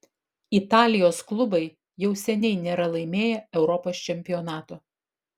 italijos klubai jau seniai nėra laimėję europos čempionato